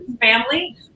family